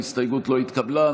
ההסתייגות לא התקבלה.